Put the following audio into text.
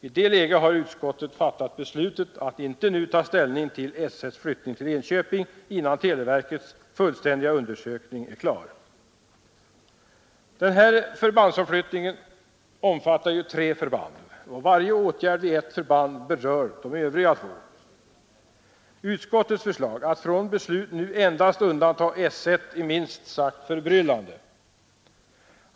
I det läget har utskottet fattat beslutet att inte nu ta ställning till S 1:s flyttning till Enköping innan televerkets fullständiga undersökning är klar. Den här förbandsomflyttningen omfattar tre förband. Varje åtgärd vid ett förband berör de övriga. Utskottets förslag att från beslut nu endast undanta S 1 är minst sagt förbryllande.